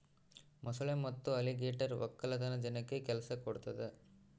ಮೊಸಳೆ ಮತ್ತೆ ಅಲಿಗೇಟರ್ ವಕ್ಕಲತನ ಜನಕ್ಕ ಕೆಲ್ಸ ಕೊಡ್ತದೆ